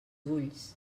ulls